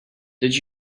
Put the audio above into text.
did